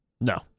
No